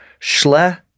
Schle